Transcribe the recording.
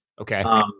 Okay